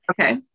Okay